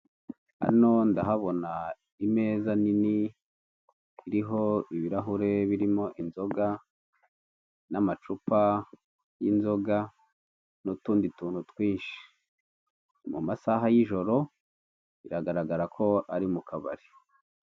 Hano ndahabona imeza nini iriho ibirahure birimo inzoga n'amacupa y'inzoga n'utundi tuntu twinshi. Mu masaha y'ijoro biragaragara ko ari mu kabari.